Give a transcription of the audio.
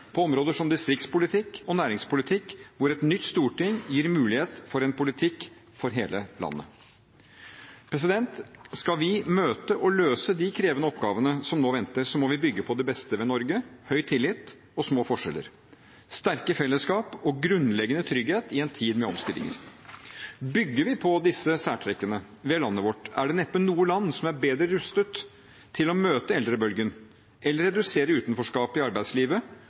på områder som distriktspolitikk og næringspolitikk, hvor et nytt storting gir mulighet for en politikk for hele landet. Skal vi møte og løse de krevende oppgavene som nå venter, må vi bygge på det beste ved Norge: høy tillit og små forskjeller, sterke fellesskap og grunnleggende trygghet i en tid med omstillinger. Bygger vi på disse særtrekkene ved landet vårt, er det neppe noe land som er bedre rustet til å møte eldrebølgen, redusere utenforskapet i arbeidslivet